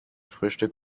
frühstück